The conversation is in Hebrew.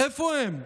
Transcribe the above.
איפה הם?